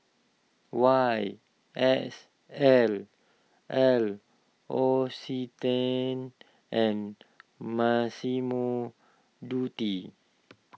Y S L L Occitane and Massimo Dutti